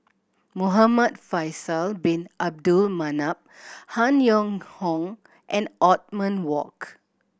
Muhamad Faisal Bin Abdul Manap Han Yong Hong and Othman Wok